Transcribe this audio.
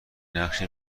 نقش